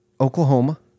Oklahoma